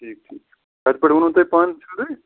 کتہِ پٮ۪ٹھ ووٚنو تُہۍ پانہٕ چھو تہۍ